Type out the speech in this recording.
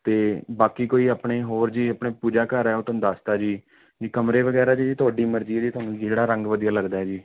ਅਤੇ ਬਾਕੀ ਕੋਈ ਆਪਣੇ ਹੋਰ ਜੀ ਆਪਣੇ ਪੂਜਾ ਘਰ ਹੈ ਉਹ ਤੁਹਾਨੂੰ ਦੱਸਤਾ ਜੀ ਜੀ ਕਮਰੇ ਵਗੈਰਾ 'ਚ ਜੀ ਤੁਹਾਡੀ ਮਰਜ਼ੀ ਹੈ ਜੀ ਤੁਹਾਨੂੰ ਜਿਹੜਾ ਰੰਗ ਵਧੀਆ ਲੱਗਦਾ ਜੀ